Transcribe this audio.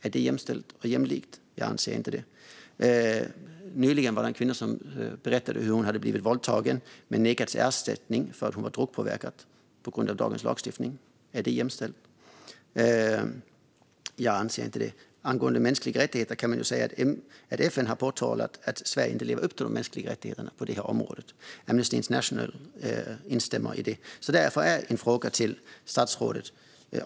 Är det jämställt och jämlikt? Jag anser inte det. Nyligen berättade en kvinna att hon hade blivit våldtagen men nekats ersättning därför att hon var drogpåverkad - på grund av dagens lagstiftning. Är det jämställt? Jag anser inte det. Angående mänskliga rättigheter kan man säga att FN har påtalat att Sverige inte lever upp till de mänskliga rättigheterna på området. Amnesty International instämmer.